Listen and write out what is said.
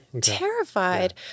Terrified